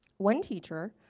one teacher,